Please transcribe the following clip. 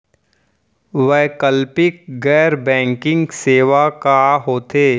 वैकल्पिक गैर बैंकिंग सेवा का होथे?